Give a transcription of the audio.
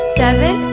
seven